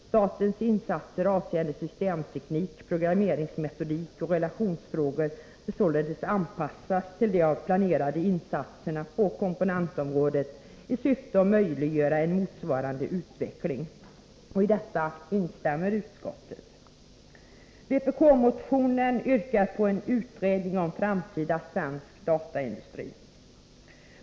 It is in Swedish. Statens insatser avseende systemteknik, programmeringsmetodik och relationsfrågor bör således anpassas till de planerade insatserna på komponentområdet i syfte att möjliggöra en motsvarande utveckling. I detta instämmer utskottet. Vpk-motionen yrkar på en utredning om framtida svensk dataindustri.